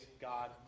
God